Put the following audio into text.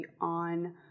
on